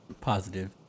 positive